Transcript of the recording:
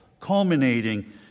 culminating